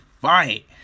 fight